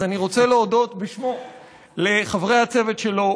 אז אני רוצה להודות בשמו לחברי הצוות שלו,